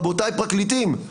רבותיי הפרקליטים,